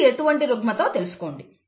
ఇది ఎటువంటి రుగ్మతో తెలుసుకోండి